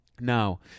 Now